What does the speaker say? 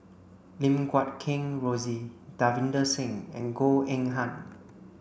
Lim Guat Kheng Rosie Davinder Singh and Goh Eng Han